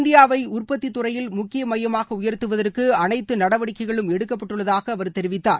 இந்தியாவை உற்பத்தித் துறையில் முக்கிய மையமாக உயர்த்துவதற்கு அனைத்து நடவடிக்கைகளும் எடுக்கப்பட்டுள்ளதாக அவர் தெரிவித்தார்